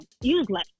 useless